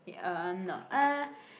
uh no uh